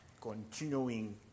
continuing